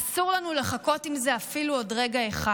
אסור לנו לחכות עם זה אפילו עוד רגע אחד,